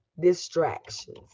distractions